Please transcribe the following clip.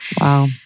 Wow